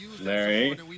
Larry